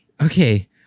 Okay